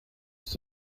ist